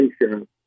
insurance